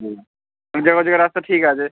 ও মাঝে মাঝে রাস্তা ঠিক আছে